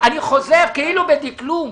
אני חוזר כאילו בדקלום.